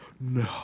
No